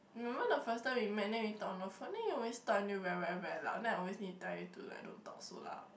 remember the first time we met then we talk on the phone then you always talk until very very very loud then I always need to tell you to like don't talk so loud